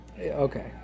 okay